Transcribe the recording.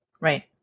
Right